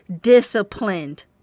disciplined